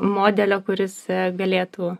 modelio kuris galėtų